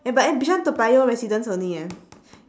eh but eh bishan toa payoh residents only eh